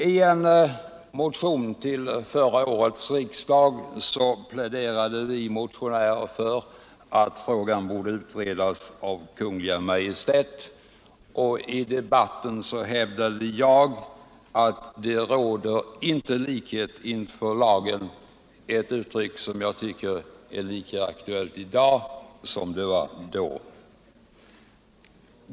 I en motion till förra årets riksdag pläderade vi motionärer för att frågan skulle utredas av Kungl. Maj:t, och i debatten hävdade jag att det inte råder likhet inför lagen — ett uttryck som jag anser är lika aktuellt i dag som det var då.